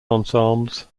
ensembles